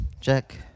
Check